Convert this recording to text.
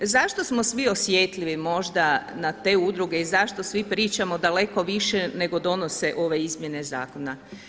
Zašto smo svi osjetljivi možda na te udruge i zašto svi pričamo daleko više nego donose ove izmjene zakona.